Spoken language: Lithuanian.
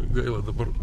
gaila dabar